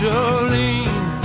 Jolene